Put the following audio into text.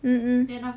mm mm